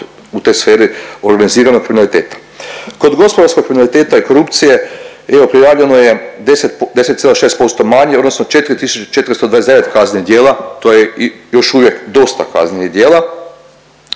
u toj sferi organiziranog kriminaliteta. Kod gospodarskog kriminaliteta i korupcije, evo prijavljeno je 10,6% manje odnosno 4.429 kaznenih djela. To je i još uvijek dosta kaznenih djela.